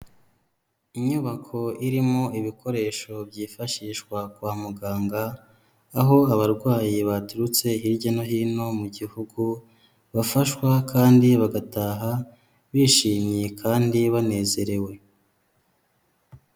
Inyubako irimo ibikoresho byifashishwa kwa muganga aho abarwayi baturutse hirya no hino mu gihugu bafashwa kandi bagataha bishimye kandi banezerewe.